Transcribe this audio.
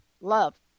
love